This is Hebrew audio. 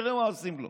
תראה מה עושים לו,